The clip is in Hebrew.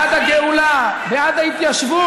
בעד הגאולה, בעד ההתיישבות.